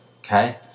Okay